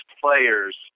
players